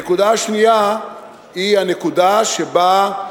הנקודה השנייה היא הנקודה שבה,